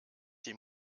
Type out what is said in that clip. die